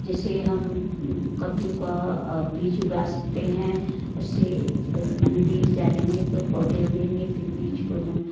जैसे हम कद्दू का बीज उगा सकते हैं उससे माने बीज डालेंगे तो पौधे उगेंगे फिर बीज को हम